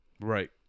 Right